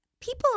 people